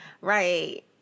right